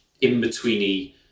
in-betweeny